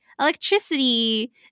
electricity